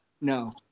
No